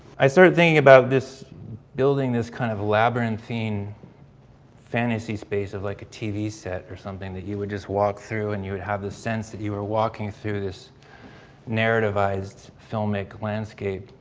i started thinking about this building this kind of labyrinthine fantasy space of like a tv set or something that you would just walk through and you would have the sense that you were walking through this narrativized filmic landscape.